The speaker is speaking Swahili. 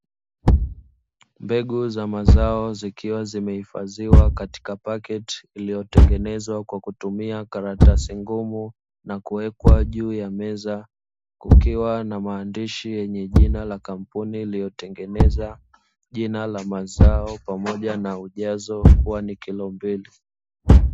Mbegu za mazao zikiwa zimehifadhiwa katika pakiti iliyotengenezwa kwa kutumia karatasi ngumu na kuwekwa juu ya meza, kukiwa na maandishi yenye jina la kampuni iliyotengeneza, jina la mazao, pamoja na ujazo kuwa ni kilo mbili.